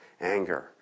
Anger